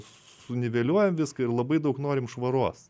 suniveliuojam viską ir labai daug norim švaros